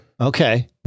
Okay